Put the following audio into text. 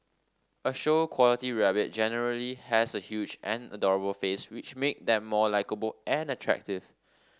a show quality rabbit generally has a huge and adorable face which make them more likeable and attractive